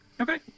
Okay